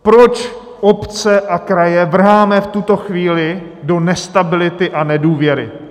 Proč obce a kraje vrháme v tuto chvíli do nestability a nedůvěry?